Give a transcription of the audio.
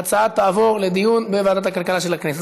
ההצעה תעבור לדיון בוועדת הכלכלה של הכנסת.